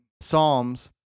Psalms